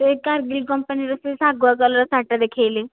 ସେ କାର୍ଗିଲ କମ୍ପାନୀର ସେ ଶାଗୁଆ କଲର୍ ଶାଢ଼ୀଟା ଦେଖାଇଲେ